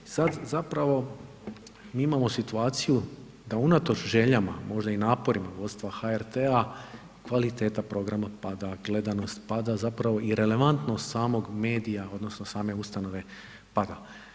Sad zapravo mi imamo situaciju da unatoč željama, možda i naporima vodstva HRT-a, kvaliteta programa pada, gledanost pada, zapravo i relevantnost samog medija, odnosno same ustanove pada.